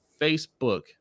facebook